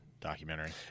documentary